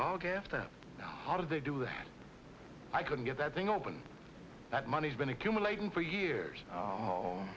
do they do that i couldn't get that thing open that money's been accumulating for years